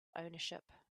ownership